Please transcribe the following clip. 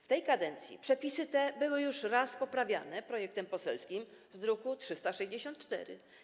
W tej kadencji przepisy te były już poprawiane projektem poselskim z druku nr 364.